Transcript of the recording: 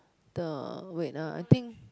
the wait ah I think